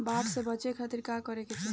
बाढ़ से बचे खातिर का करे के चाहीं?